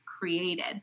created